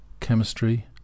chemistry